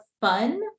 fun